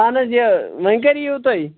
اَہَن حظ یہِ وۄنۍ کَر یِیِو تۄہہِ